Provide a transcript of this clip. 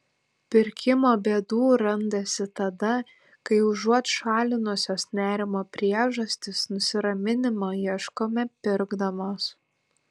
pirkimo bėdų randasi tada kai užuot šalinusios nerimo priežastis nusiraminimo ieškome pirkdamos